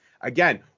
again